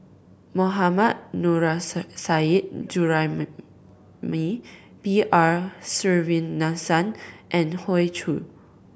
Mohammad Nurrasyid Juraimi B R Sreenivasan and Hoey Choo